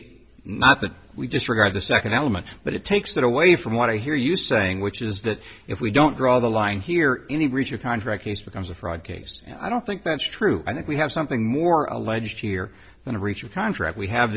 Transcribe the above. me not that we disregard the second element but it takes that away from what i hear you saying which is that if we don't draw the line here any breach of contract case becomes a fraud case and i don't think that's true i think we have something more alleged here than a reacher contract we have